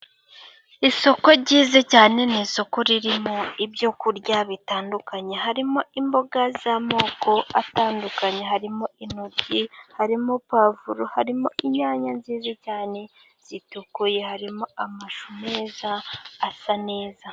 Isoko ryiza cyane n'isoko ririmo ibyo kurya bitandukanye,, harimo imboga z'amoko atandukanye, harimo intoryi, harimo puwavuro, harimo inyanya nziza cyane zitukuye, harimo amashu meza asa neza.